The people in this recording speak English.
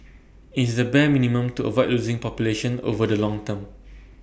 IT is the bare minimum to avoid losing population over the long term